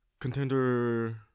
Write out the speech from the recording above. Contender